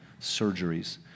surgeries